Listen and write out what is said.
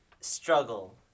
struggle